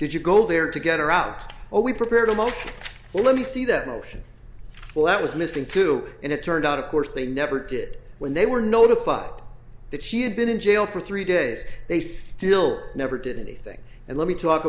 did you go there to get her out or we prepared him ok let me see that motion well that was missing too and it turned out of course they never did when they were notified that she had been in jail for three days they still never did anything and let me talk